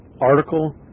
Article